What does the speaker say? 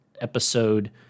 episode